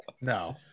No